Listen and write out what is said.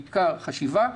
בעיקר חשיבה,